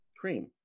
cream